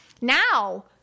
now